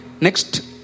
next